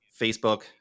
Facebook